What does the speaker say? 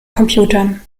computern